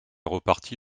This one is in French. reparti